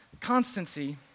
Constancy